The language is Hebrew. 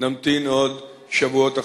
נמתין עוד שבועות אחדים.